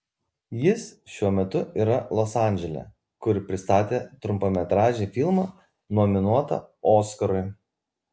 jis šiuo metu yra los andžele kur pristatė trumpametražį filmą nominuotą oskarui